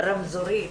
רמזורית,